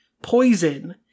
poison